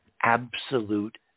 absolute